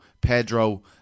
Pedro